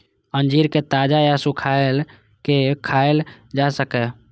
अंजीर कें ताजा या सुखाय के खायल जा सकैए